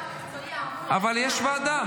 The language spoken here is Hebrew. --- אבל יש ועדה.